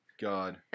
God